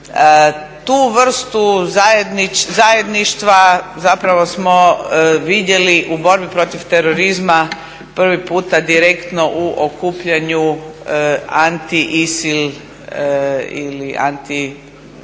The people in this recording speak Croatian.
Tu vrstu zajedništva zapravo smo vidjeli u borbi protiv terorizma prvi puta direktno u okupljanju anti-ISIL ili anti-DASH